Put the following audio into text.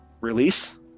release